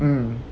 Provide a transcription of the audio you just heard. mm